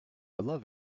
love